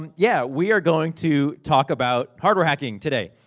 yeah, we are going to talk about hardware hacking today.